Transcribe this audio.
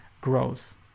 growth